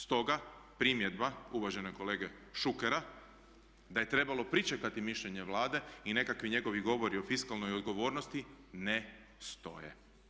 Stoga primjedba uvaženog kolege Šukera da je trebalo pričekati mišljenje Vlade i nekakvi njegovi govori o fiskalnoj odgovornosti ne stoje.